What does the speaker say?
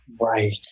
Right